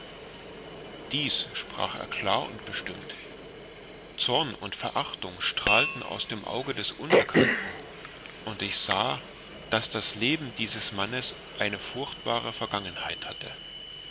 dies sprach er klar und bestimmt zorn und verachtung strahlten aus dem auge des unbekannten und ich sah daß das leben dieses mannes eine furchtbare vergangenheit hatte